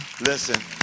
Listen